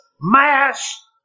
mass